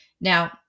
Now